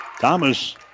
Thomas